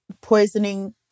poisoning